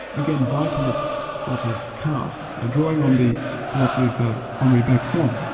again vitalist, sort of cast, drawing on the philosophy for henri bergson.